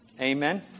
Amen